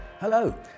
Hello